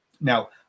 Now